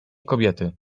kobiety